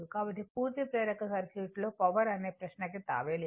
కాబట్టి పూర్తి ప్రేరక సర్క్యూట్లో పవర్ అనే ప్రశ్నకి తావే లేదు